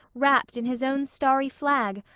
wrapped in his own starry flag,